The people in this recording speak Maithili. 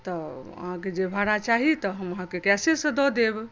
तऽ अहाँकेँ जे भाड़ा चाही तऽ हम अहाँकेँ कैशे दऽ देब